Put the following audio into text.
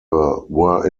were